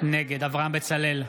נגד אברהם בצלאל,